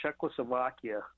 Czechoslovakia